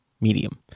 medium